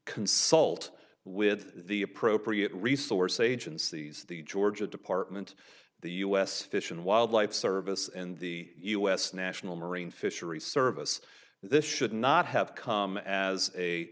consult with the appropriate resources agencies the georgia department the u s fish and wildlife service and the us national marine fisheries service this should not have come as a